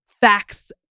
facts